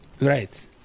Right